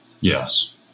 yes